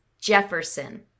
Jefferson